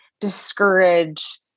discourage